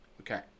Okay